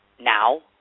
now